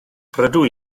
rydw